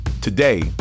Today